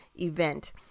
event